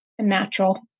Natural